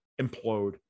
implode